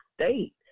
state